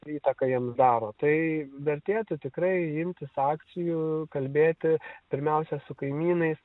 įtaką jiems daro tai vertėtų tikrai imtis akcijų kalbėti pirmiausia su kaimynais